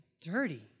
dirty